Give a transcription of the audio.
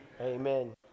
amen